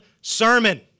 sermon